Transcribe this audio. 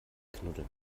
knuddeln